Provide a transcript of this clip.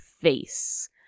face